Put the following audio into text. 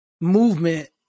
Movement